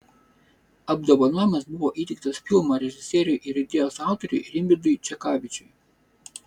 apdovanojimas buvo įteiktas filmo režisieriui ir idėjos autoriui rimvydui čekavičiui